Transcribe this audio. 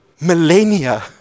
millennia